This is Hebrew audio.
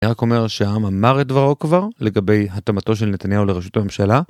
אני רק אומר שהעם אמר את דברו כבר לגבי התאמתו של נתניהו לראשותו הממשלה.